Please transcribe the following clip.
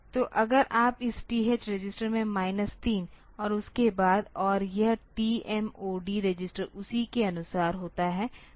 तो अगर आप इस TH रजिस्टर में माइनस 3 और उसके बाद और यह TMOD रजिस्टर उसी के अनुसार होता है